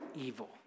evil